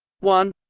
one